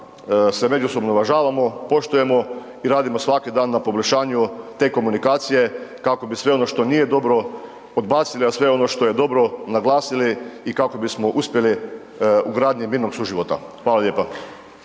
se međusobno uvažavamo, poštujemo i radimo svaki dan na poboljšanju te komunikacije kako bi sve ono što nije dobro, odbacili a sve ono što je dobro, naglasili i kako bismo uspjeli u gradnji mirnog suživota. Hvala lijepa.